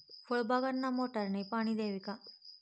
फळबागांना मोटारने पाणी द्यावे का?